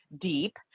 deep